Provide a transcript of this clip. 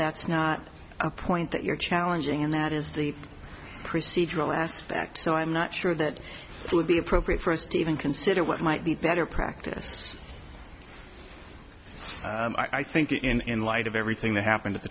that's not a point that you're challenging and that is the procedural aspects so i'm not sure that it would be appropriate for us to even consider what might be better practiced i think in an light of everything that happened at the